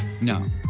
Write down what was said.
No